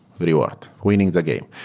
the reward, winning the game.